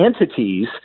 entities